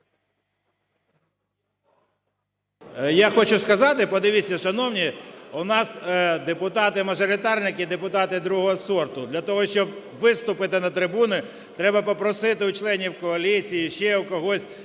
Я хочу сказати, подивіться, шановні, у нас депутати-мажоритарники - депутати другого сорту. Для того, щоб виступити на трибуні, треба попросити у членів коаліції, ще у когось,